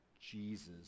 Jesus